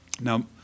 Now